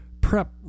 prep